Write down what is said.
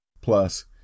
Plus